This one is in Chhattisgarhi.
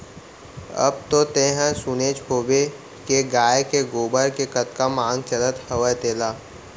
अब तो तैंहर सुनेच होबे के गाय के गोबर के कतका मांग चलत हवय तेला